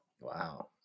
wow